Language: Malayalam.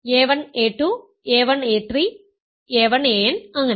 a1 a2 a1 a3 a1 an അങ്ങനെ